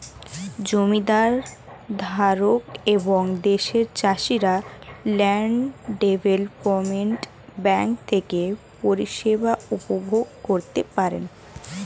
জমির ধারক এবং দেশের চাষিরা ল্যান্ড ডেভেলপমেন্ট ব্যাঙ্ক থেকে পরিষেবা উপভোগ করতে পারেন